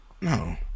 No